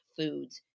foods